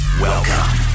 Welcome